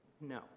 No